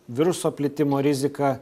viruso plitimo rizika